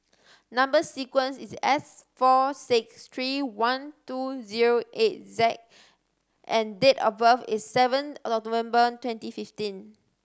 number sequence is S four six three one two zero eight J and date of birth is seven of November twenty fifteen